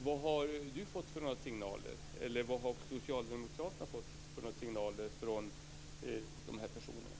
Vilka signaler har Catherine Persson och socialdemokraterna fått från de här personerna?